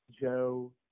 Joe